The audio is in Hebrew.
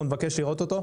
אנחנו נבקש לראות אותו.